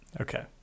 okay